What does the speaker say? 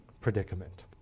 predicament